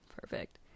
perfect